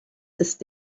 ist